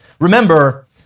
Remember